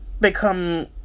become